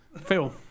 Phil